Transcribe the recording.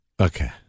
Okay